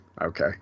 Okay